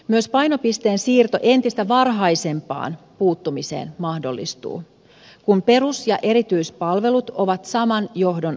myös painopisteen siirto entistä varhaisempaan puuttumiseen mahdollistuu kun perus ja erityispalvelut ovat saman johdon alla